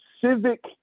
civic